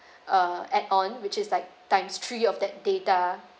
uh add on which is like times three of that data